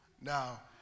Now